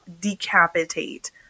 decapitate